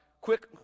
quick